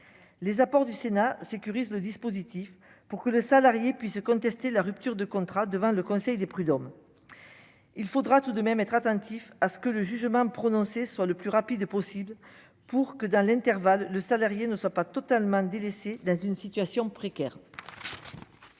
les apports du Sénat sécurise le dispositif pour que le salarié puisse contester la rupture de contrat devant le conseil des prud'hommes, il faudra tout de même être attentif à ce que le jugement prononcé sur le plus rapide possible pour que dans l'intervalle, le salarié ne soit pas totalement délaissé dans une situation précaire.